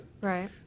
Right